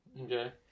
okay